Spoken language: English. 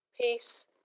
Peace